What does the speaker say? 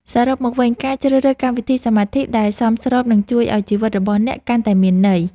សរុបមកវិញការជ្រើសរើសកម្មវិធីសមាធិដែលសមស្របនឹងជួយឱ្យជីវិតរបស់អ្នកកាន់តែមានន័យ។